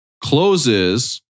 closes